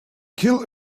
kill